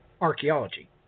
archaeology